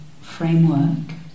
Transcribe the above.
framework